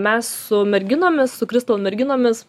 mes su merginomis su kristl merginomis